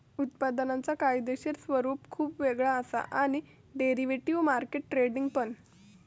उत्पादनांचा कायदेशीर स्वरूप खुप वेगळा असा आणि डेरिव्हेटिव्ह मार्केट ट्रेडिंग पण